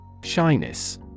Shyness